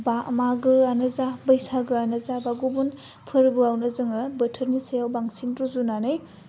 बा मागोआनो जा बैसागोआनो जा बा गुबुन फोरबोआवनो जोङो बोथोरनि सायाव बांसिन रुजुनानै